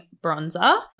Bronzer